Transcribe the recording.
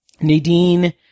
Nadine